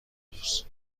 روز